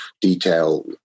detail